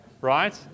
Right